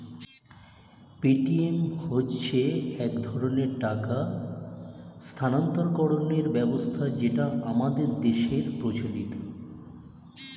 Paytm হচ্ছে এক ধরনের টাকা স্থানান্তরকরণের ব্যবস্থা যেটা আমাদের দেশের প্রচলিত